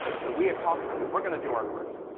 so, we at kauffman, we're going to do our part.